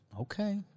Okay